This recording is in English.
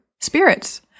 spirits